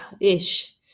ish